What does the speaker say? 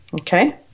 Okay